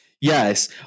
Yes